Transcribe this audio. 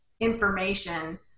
information